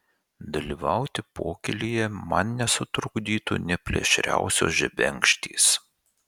dalyvauti pokylyje man nesutrukdytų nė plėšriausios žebenkštys